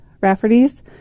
Rafferty's